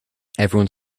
everyone